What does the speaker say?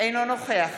אינו נוכח